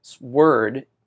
word